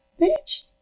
bitch